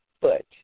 foot